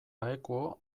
aequo